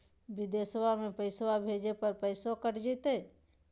बिदेशवा मे पैसवा भेजे पर पैसों कट तय?